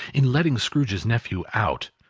in letting scrooge's nephew out,